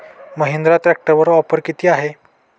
महिंद्रा ट्रॅक्टरवर ऑफर किती आहे?